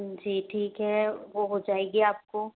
जी ठीक है वो हो जाएगी आपको